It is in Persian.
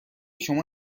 شما